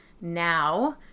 now